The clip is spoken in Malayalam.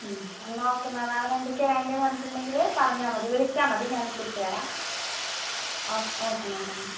എന്നാൽ ഓക്കെ മാം മാമിന് എന്തൊക്കെയാണ് വേണ്ടതെന്ന് പറഞ്ഞിട്ടുണ്ടെങ്കിൽ പറഞ്ഞാൽ മതി വിളിച്ചാൽ മതി ഞാൻ ഇപ്പം ഇട്ട് തരാം okay okay ma'am thank you